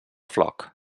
floc